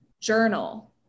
journal